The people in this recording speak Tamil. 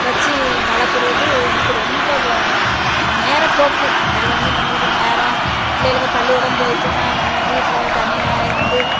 வச்சி வளர்க்குறது எனக்கு ரொம்ப வ நேர போக்கு அது வந்து நம்மளுக்கு நேரம் பிள்ளைகளுக பள்ளிக்கூடம் போயிட்டுன்னா நம்ம வீட்டில் தனியாக இருந்து